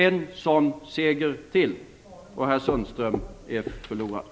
En sådan seger till och herr Sundström är förlorad!